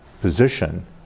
position